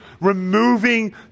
Removing